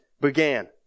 began